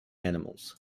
animals